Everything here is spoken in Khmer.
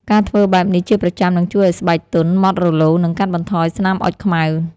ការធ្វើបែបនេះជាប្រចាំនឹងជួយឲ្យស្បែកទន់ ម៉ដ្ឋរលោង និងកាត់បន្ថយស្នាមអុជខ្មៅ។